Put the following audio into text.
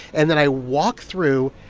and then i walk through,